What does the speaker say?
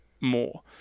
more